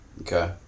Okay